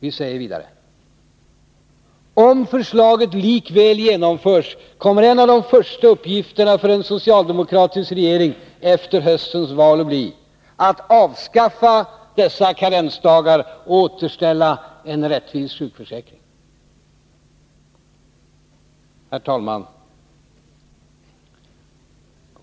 Vi säger vidare: Om förslaget likväl genomförs, kommer en av de första uppgifterna för en socialdemokratisk regering efter höstens val att bli att avskaffa dessa karensdagar och återställa en rättvis sjukförsäkring. Herr talman!